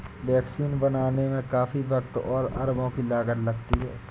vaccine बनाने में काफी वक़्त और अरबों की लागत लगती है